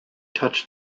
touched